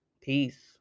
Peace